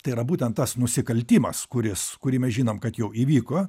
tai yra būtent tas nusikaltimas kuris kurį mes žinom kad jau įvyko